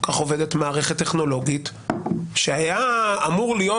כך עובדת מערכת טכנולוגית שהיה אמור להיות